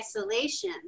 isolation